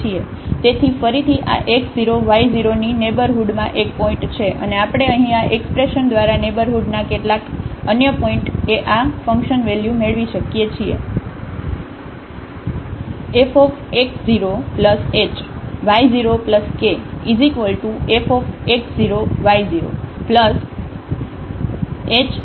તેથી ફરીથી આ x 0 y 0 ની નેઇબરહુડમાં એક પોઇન્ટ છે અને આપણે અહીં આ એક્સપ્રેશન દ્વારા નેઇબરહુડના કેટલાક અન્ય પોઇન્ટએ આ ફંકશન વેલ્યુ મેળવી શકીએ છીએ